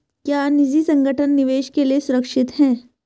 क्या निजी संगठन निवेश के लिए सुरक्षित हैं?